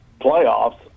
playoffs